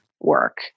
work